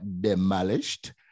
demolished